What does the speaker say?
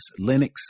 Linux